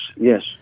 yes